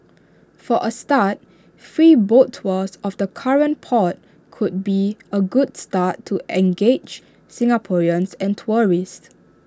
for A start free boat tours of the current port could be A good start to engage Singaporeans and tourists